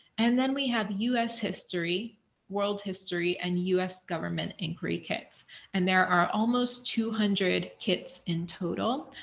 and then we have us history world history and us government inquiry kits and there are almost two hundred kits in total.